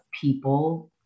people